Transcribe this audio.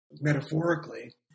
metaphorically